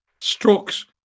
strokes